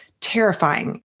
terrifying